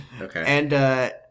Okay